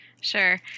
Sure